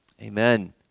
amen